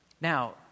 Now